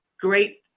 Great